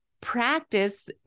practice